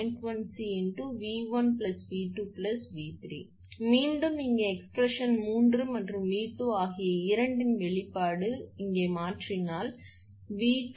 1𝐶 𝑉1 𝑉2 𝑉3 மீண்டும் இங்கே எக்ஸ்பிரசன் 3 மற்றும் 𝑉2 ஆகிய இரண்டின் வெளிப்பாடு நீங்கள் இங்கே மாற்றினால் 𝑉2 1